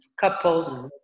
couples